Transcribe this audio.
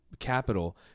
Capital